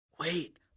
Wait